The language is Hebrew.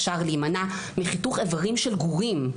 אפשר להימנע מחיתוך איברים של גורים.